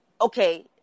okay